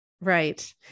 Right